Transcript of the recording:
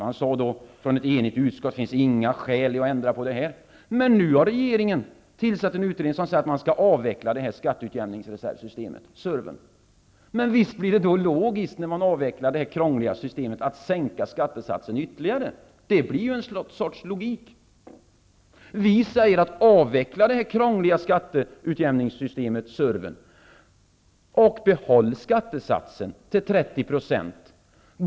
Ett enigt utskott ansåg att det fanns inga skäl att ändra på detta. Men nu har regeringen tillsatt en utredning som föreslår att systemet med skatteutjämningsreserver, surven, skall avvecklas. Visst blir det då logiskt att när det krångliga systemet avvecklas att sänka skattesatsen ytterligare. Vi säger i stället att det krångliga skatteutjämningssystemet, surven, skall avvecklas och att skattesatsen på 30 % skall behållas.